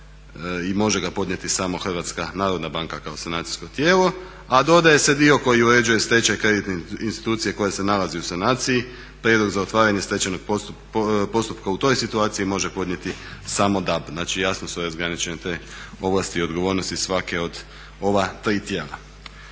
i može ga podnijeti samo HNB kao sanacijsko tijelo, a dodaje se dio koji uređuje stečaj kreditne institucije koja se nalazi u sanaciji. Prijedlog za otvaranje stečajnog postupka u toj situaciji može podnijeti samo Dab. Znači jasno su razgraničene te ovlasti i odgovornosti svake od ova tri tijela.